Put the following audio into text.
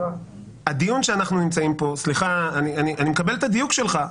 אני מקבל את הדיוק שלך,